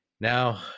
now